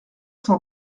cent